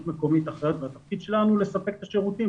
מקומית אחרת והתפקיד שלנו הוא לספק את השירותים.